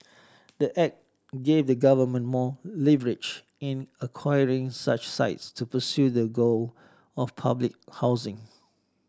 the act gave the government more leverage in acquiring such sites to pursue their goal of public housing